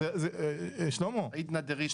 עידנא דריתחא.